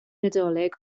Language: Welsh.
nadolig